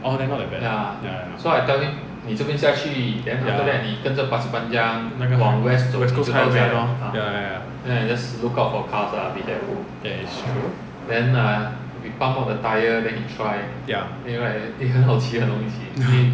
orh then not that bad ya 那个 west coast highway ya ya ya that is true ya ha